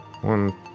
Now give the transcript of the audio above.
One